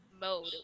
mode